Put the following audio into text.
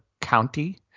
County